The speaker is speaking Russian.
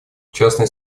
частный